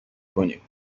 کنیم